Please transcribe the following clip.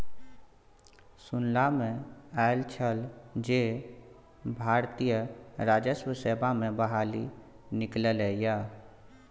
सुनला मे आयल छल जे भारतीय राजस्व सेवा मे बहाली निकललै ये